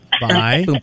Bye